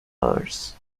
hours